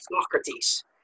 Socrates